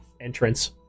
entrance